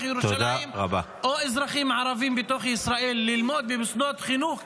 ירושלים או אזרחים ערבים בתוך ישראל ללמוד במוסדות חינוך,